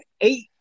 eight